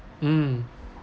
mm